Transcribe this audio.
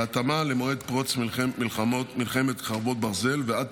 בהתאמה למועד פרוץ מלחמת חרבות ברזל ועד